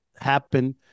happen